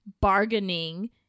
bargaining